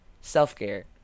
self-care